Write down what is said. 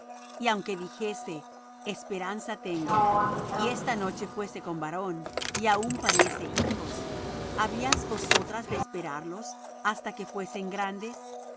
y aunque dijese esperanza tengo y esta noche fuese con varón y aun pariese hijos habíais vosotras de esperarlos hasta que fuesen grandes